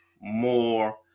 more